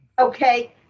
Okay